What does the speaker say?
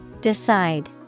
Decide